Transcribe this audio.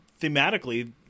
thematically